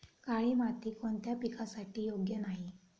काळी माती कोणत्या पिकासाठी योग्य नाही?